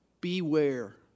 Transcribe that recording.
Beware